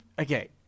okay